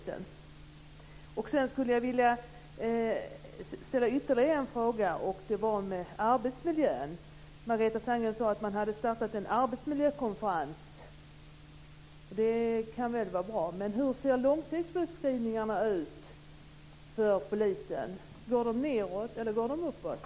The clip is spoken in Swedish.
Sedan skulle jag vilja ställa ytterligare en fråga om arbetsmiljön. Margareta Sandgren sade att det hade startats en arbetsmiljökonferens. Det kan väl vara bra. Men hur ser långtidssjukskrivningarna ut för polisen? Går de nedåt eller uppåt?